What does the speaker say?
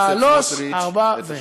שלוש, ארבע ו-.